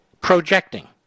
projecting